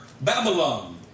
Babylon